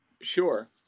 Sure